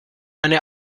eine